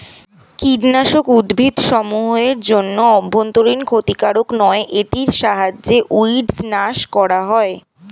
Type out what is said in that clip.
কীটনাশক উদ্ভিদসমূহ এর জন্য অভ্যন্তরীন ক্ষতিকারক নয় এটির সাহায্যে উইড্স নাস করা হয়